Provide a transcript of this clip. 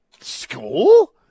school